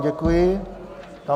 Děkuji vám.